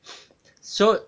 so